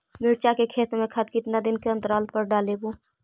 मिरचा के खेत मे खाद कितना दीन के अनतराल पर डालेबु?